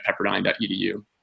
pepperdine.edu